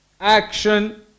action